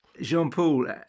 Jean-Paul